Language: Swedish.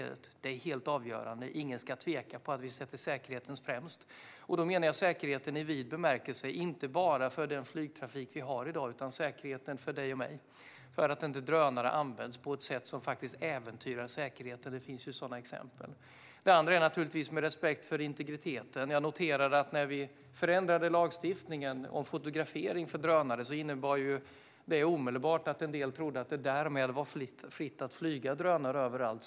Detta är helt avgörande; ingen ska tvivla på att vi sätter säkerheten främst. Då menar jag säkerheten i vid bemärkelse - inte bara för den flygtrafik vi har i dag utan också för dig och mig, så att drönare inte används på ett sätt som faktiskt äventyrar säkerheten. Det finns ju sådana exempel. Det andra är naturligtvis respekten för integriteten. Jag noterar att den förändrade lagstiftningen om fotografering med drönare omedelbart innebar att en del trodde att det därmed var fritt att flyga drönare överallt.